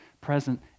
present